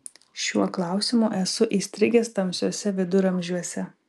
šiuo klausimu esu įstrigęs tamsiuose viduramžiuose